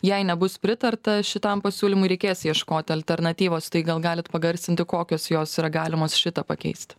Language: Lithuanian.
jei nebus pritarta šitam pasiūlymui reikės ieškoti alternatyvos tai gal galite pagarsinti kokios jos yra galimos šitą pakeisti